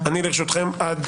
אני לרשותכם עד